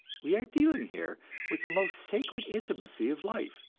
we are dealing here with the most sacred intimacy of life,